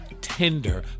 tender